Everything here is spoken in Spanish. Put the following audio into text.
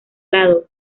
lado